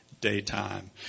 daytime